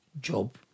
job